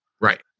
right